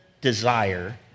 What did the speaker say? desire